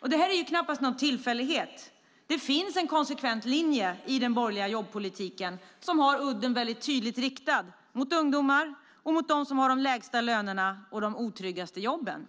Det är knappast någon tillfällighet. Det finns en konsekvent linje i den borgerliga jobbpolitiken som har udden väldigt tydligt riktad mot ungdomar och mot dem som har de lägsta lönerna och de otryggaste jobben.